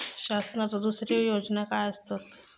शासनाचो दुसरे योजना काय आसतत?